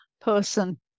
person